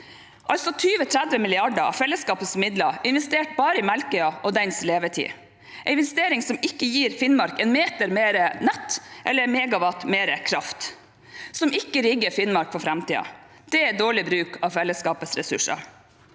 altså 20– 30 mrd. kr av fellesskapets midler investert bare i Melkøya og i dens levetid. Det er en investering som ikke gir Finnmark én meter mer nett eller megawatt mer kraft, og som ikke rigger Finnmark for framtiden. Det er dårlig bruk av fellesskapets ressurser.